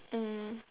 mm